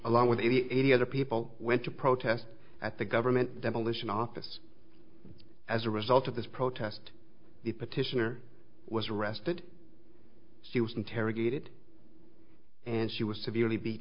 along with eighty other people went to protest at the government demolition office as a result of this protest the petitioner was arrested she was interrogated and she was severely be